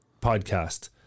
podcast